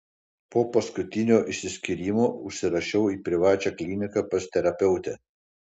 po paskutinio išsiskyrimo užsirašiau į privačią kliniką pas terapeutę